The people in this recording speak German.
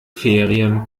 ferien